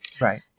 right